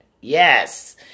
Yes